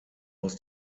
aus